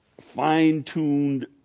fine-tuned